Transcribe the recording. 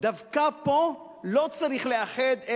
דווקא פה לא צריך לאחד,